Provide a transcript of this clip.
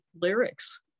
lyrics